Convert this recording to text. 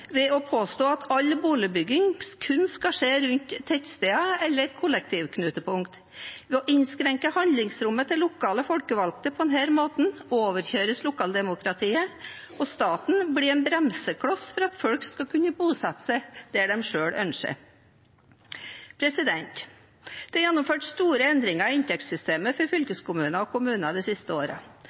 ved å påstå at all boligbygging kun skal skje rundt tettsteder eller kollektivknutepunkt. Ved å innskrenke handlingsrommet til lokale folkevalgte på denne måten overkjøres lokaldemokratiet, og staten blir en bremsekloss for at folk skal kunne bosette seg der de selv ønsker. Det er gjennomført store endringer i inntektssystemet for fylkeskommunene og kommunene de siste